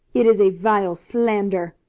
it is a vile slander!